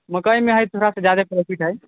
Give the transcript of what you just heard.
मकइमे है थोड़ा सा जादा प्रोफ़िट है